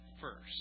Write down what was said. first